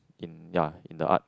in ya in the art